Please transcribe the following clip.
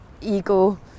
ego